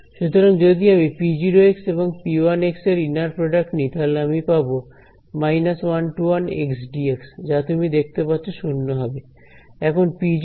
সুতরাং যদি আমি p0 এবং p1 এর ইনার প্রডাক্ট নিই তাহলে আমি পাব xdx যা তুমি দেখতে পাচ্ছো শূন্য হবে